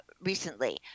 recently